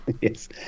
Yes